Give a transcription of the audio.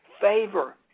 favor